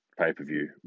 pay-per-view